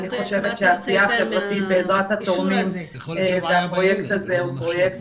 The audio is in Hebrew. אני חושבת שהעשייה החברתית בעזרת התורמים והפרויקט הזה הוא פרויקט